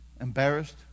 embarrassed